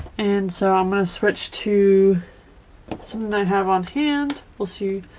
and so i'm gonna switch to something i have on hand we'll see.